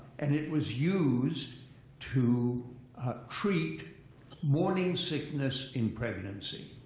and it was used to treat morning sickness in pregnancy.